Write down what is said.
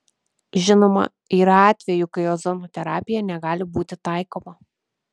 žinoma yra atvejų kai ozono terapija negali būti taikoma